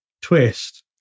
twist